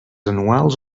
anuals